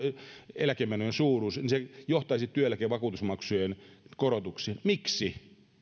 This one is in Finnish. eläkemenojen suuruus johtaisi työeläkevakuutusmaksujen korotuksiin miksi